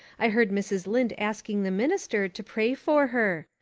i herd mrs. lynde asking the minister to pray for her.